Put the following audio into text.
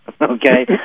Okay